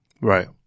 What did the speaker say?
right